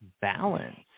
balance